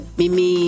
mimi